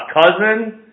cousin